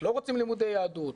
לא רוצים לימודי יהדות,